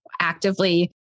actively